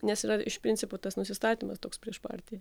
nes yra iš principo tas nusistatymas toks prieš partiją